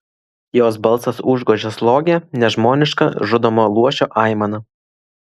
jos balsas užgožė slogią nežmonišką žudomo luošio aimaną